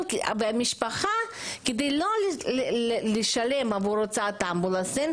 כדי לא לשלם עבור הוצאות אמבולנס,